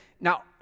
now